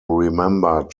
remembered